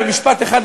במשפט אחד,